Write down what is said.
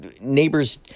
neighbors